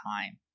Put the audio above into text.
time